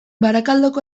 barakaldoko